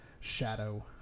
shadow